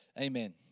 Amen